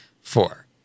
Four